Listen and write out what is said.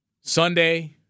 Sunday